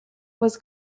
was